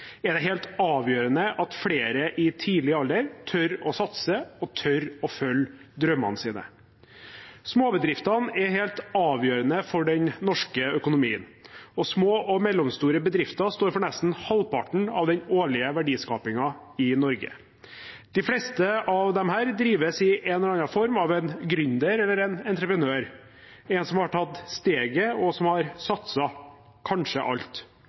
er det helt avgjørende at flere i tidlig alder tør å satse og tør å følge drømmene sine. Småbedriftene er helt avgjørende for den norske økonomien, og små og mellomstore bedrifter står for nesten halvparten av den årlige verdiskapingen i Norge. De fleste av disse drives i en eller annen form av en gründer eller en entreprenør, en som har tatt steget og har satset – kanskje alt,